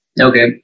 okay